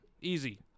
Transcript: Easy